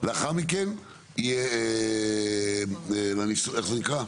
לאחר מכן יהיה, איך זה נקרא,